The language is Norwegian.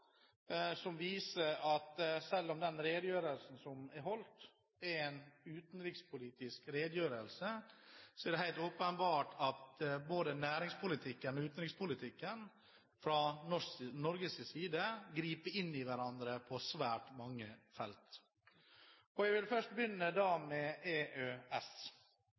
som viser at selv om den redegjørelsen som er holdt, er en utenrikspolitisk redegjørelse, er det helt åpenbart fra Norges side at både næringspolitikken og utenrikspolitikken griper inn i hverandre på svært mange felt. Jeg vil begynne med EØS.